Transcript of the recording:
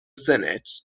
senate